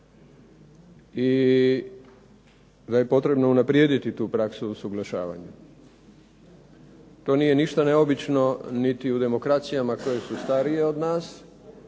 i da je potrebno unaprijediti tu praksu usuglašavanja. To nije ništa neobično niti u demokracijama koje su starije od nas,